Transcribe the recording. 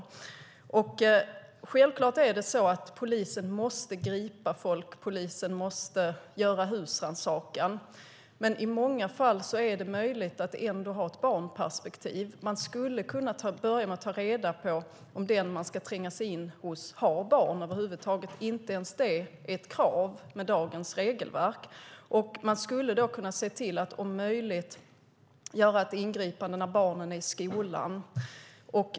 Självklart måste polisen gripa folk och göra husrannsakan, men i många fall är det möjligt att ändå ha ett barnperspektiv. Man skulle ha kunnat börja med att ta reda på om den man ska tränga sig in hos över huvud taget har barn. Inte ens det är ett krav med dagens regelverk. Man skulle kunna se till att om möjligt göra ingripandet när barnen är i skolan.